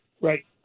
right